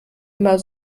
immer